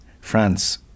France